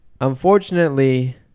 Unfortunately